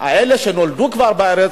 אלה שנולדו בארץ,